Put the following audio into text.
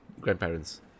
Grandparents